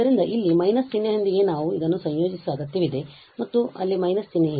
ಆದ್ದರಿಂದ ಇಲ್ಲಿ ಮೈನಸ್ ಚಿಹ್ನೆಯೊಂದಿಗೆ ನಾವು ಇದನ್ನು ಸಂಯೋಜಿಸುವ ಅಗತ್ಯವಿದೆ ಮತ್ತು ಅಲ್ಲಿ ಮೈನಸ್ ಚಿಹ್ನೆಯಿದೆ